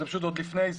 זה עוד לפני זה.